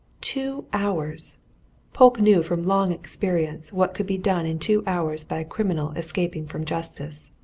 two hours polke knew from long experience what can be done in two hours by a criminal escaping from justice.